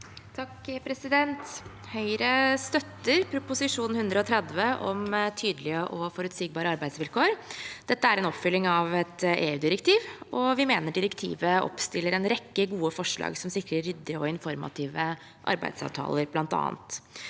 (H) Høyre støtter Prop. 130 L om tydelige og forutsigbare arbeidsvilkår. Dette er en oppfølging av et EU-direktiv, og vi mener direktivet oppstiller en rekke gode forslag som sikrer ryddige og informative arbeidsavtaler, bl.a.